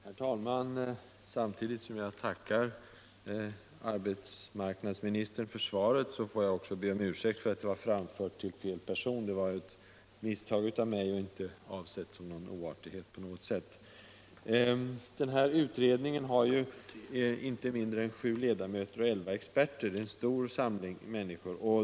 Herr talman! Samtidigt som jag tackar arbetsmarknadsministern för svaret får jag be om ursäkt för att jag har ställt frågan till fel person. Det var ett misstag av mig och inte avsett som en oartighet. Denna utredning har sju ledamöter och elva experter. Det är en stor samling människor.